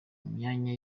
imyanya